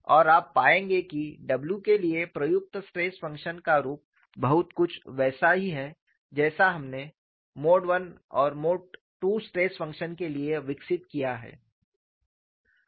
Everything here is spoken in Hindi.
और आप पाएंगे कि w के लिए प्रयुक्त स्ट्रेस फंक्शन का रूप बहुत कुछ वैसा ही है जैसा हमने मोड I और मोड II स्ट्रेस फंक्शन के लिए विकसित किया है